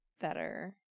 better